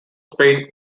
spain